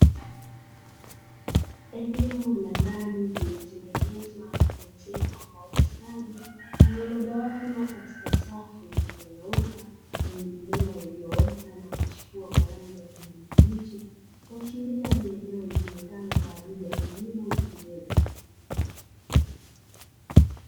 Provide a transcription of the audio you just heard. Eneo la ndani lililotengenezwa na kuezekwa kwa ustadi, limegawanywa katika safu zilizonyooka, zenye mimea iliyoota na kuchipua kwa rangi ya kijani kibichi. Kuashiria ni eneo litumikalo kwa ajili ya kilimo cha mbegu.